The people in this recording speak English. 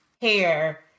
hair